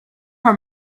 her